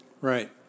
Right